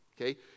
okay